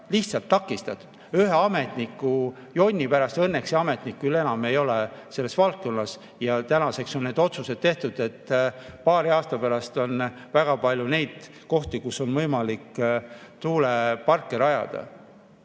lihtsalt takistatud ühe ametniku jonni pärast. Õnneks see ametnik küll enam ei tegutse selles valdkonnas ja tänaseks on need otsused tehtud, et paari aasta pärast on väga palju kohti, kus on võimalik tuuleparke rajada.